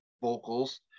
vocals